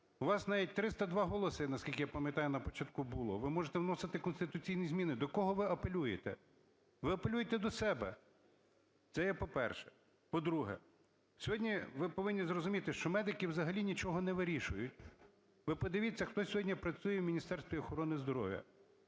У вас навіть 302 голоси, наскільки я пам'ятаю, на початку було. Ви можете вносити конституційні зміни. До кого ви апелюєте? Ви апелюйте до себе. Це є по-перше. По-друге, сьогодні ви повинні зрозуміти, що медики взагалі нічого не вирішують. Ви подивіться, хто сьогодні працює в Міністерстві охорони здоров'я?